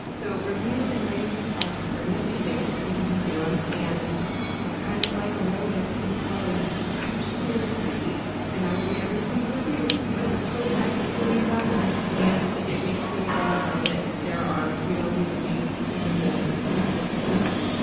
so reviews and ratings are free to do. you can just do em. and kinda kind of like a rodent in clothes, i'm just a little creepy and i read every single review, because it's really nice that you leave them and it makes me remember that there are real human beings in the void listening to this.